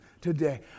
Today